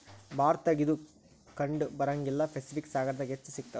ಭಾರತದಾಗ ಇದು ಕಂಡಬರಂಗಿಲ್ಲಾ ಪೆಸಿಫಿಕ್ ಸಾಗರದಾಗ ಹೆಚ್ಚ ಸಿಗತಾವ